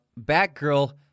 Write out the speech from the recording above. Batgirl